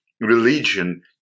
religion